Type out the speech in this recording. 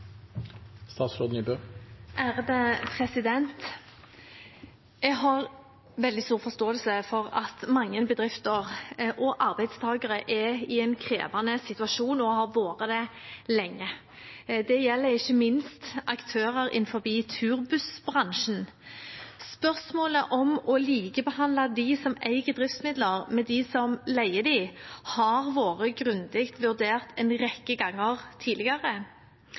i en krevende situasjon og har vært det lenge. Det gjelder ikke minst aktører innenfor turbussbransjen. Spørsmålet om å likebehandle dem som eier driftsmidler, med dem som leier dem, har vært grundig vurdert en rekke ganger tidligere.